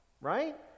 right